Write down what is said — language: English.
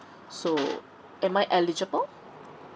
so am I eligible